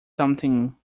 something